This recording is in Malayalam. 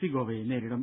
സി ഗോവയെ നേരിടും